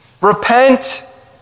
Repent